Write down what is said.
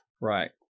right